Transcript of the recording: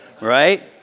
right